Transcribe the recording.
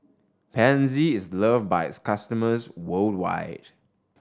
pansy is loved by its customers worldwide